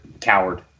Coward